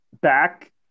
Back